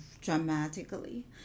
dramatically